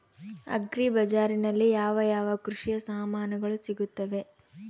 Agri ಬಜಾರಿನಲ್ಲಿ ಯಾವ ಯಾವ ಕೃಷಿಯ ಸಾಮಾನುಗಳು ಸಿಗುತ್ತವೆ?